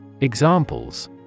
Examples